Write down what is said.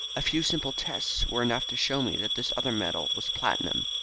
a few simple tests were enough to show me that this other metal was platinum.